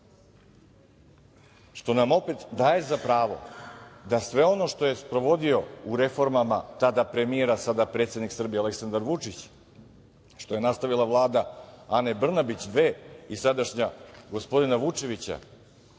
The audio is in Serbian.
što nam opet daje za pravo da sve ono što je sprovodio u reformama tada premijer, a sada predsednik Srbije, Aleksandar Vučić, što je nastavila Vlada Ane Brnabić dve, i sadašnja gospodina Vučevića,